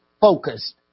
focused